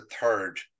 third